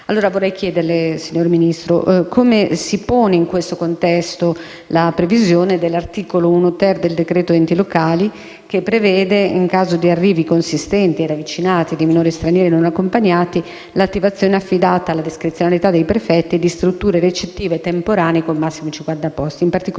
minori. Vorrei chiederle, signor Ministro, come si pone in questo contesto la previsione dell'articolo 1-*ter* del decreto-legge enti locali che prevede, in caso di arrivi consistenti e ravvicinati di minori stranieri non accompagnati, l'attivazione, affidata alla discrezionalità dei prefetti, di strutture ricettive temporanee con massimo 50 posti.